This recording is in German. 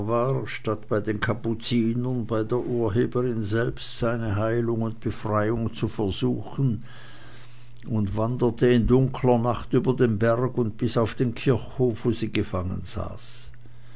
statt bei den kapuzinern bei der urheberin selbst seine heilung und befreiung zu versuchen und wanderte in dunkler nacht über den berg und bis auf den kirchhof wo sie gefangen saß